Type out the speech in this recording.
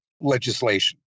legislation